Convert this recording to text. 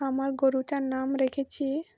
আমার গরুটার নাম রেখেছি